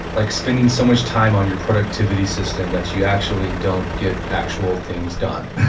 like spending so much time on your productivity system that you actually don't get actual things done,